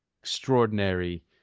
extraordinary